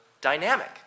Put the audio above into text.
dynamic